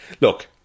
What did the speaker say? Look